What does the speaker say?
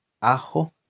ajo